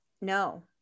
No